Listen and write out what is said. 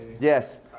Yes